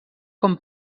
com